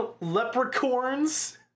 leprechauns